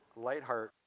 Lightheart